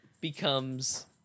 becomes